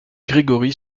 gregory